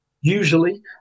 usually